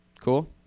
Cool